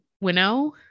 winnow